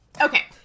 Okay